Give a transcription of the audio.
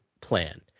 plan